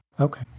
Okay